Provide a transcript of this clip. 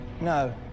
No